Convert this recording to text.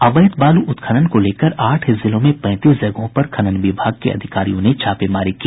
अवैध बालू उत्खनन को लेकर आठ जिलों में पैंतीस जगहों पर खनन विभाग के अधिकारियों ने छापेमारी की